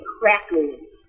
crackling